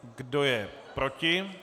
Kdo je proti?